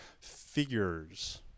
figures